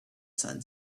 sun